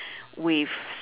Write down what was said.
with